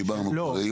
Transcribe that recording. דיברנו כבר.